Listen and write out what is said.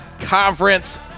conference